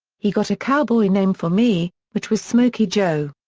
he got a cowboy name for me, which was smokey joe.